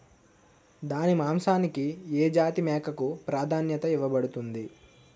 దాని మాంసానికి ఏ జాతి మేకకు ప్రాధాన్యత ఇవ్వబడుతుంది?